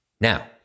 Now